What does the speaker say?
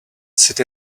sit